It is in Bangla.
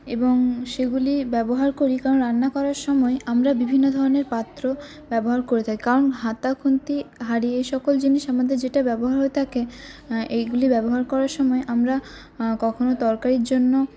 এবং সেগুলি ব্যবহার করি কারণ রান্না করার সময় আমরা বিভিন্ন ধরনের পাত্র ব্যবহার করে থাকি কারণ হাতা খুন্তি হাঁড়ি এ সকল জিনিস আমাদের যেটা ব্যবহার হয়ে থাকে এইগুলি ব্যবহার করার সময় আমরা কখনো তরকারির জন্য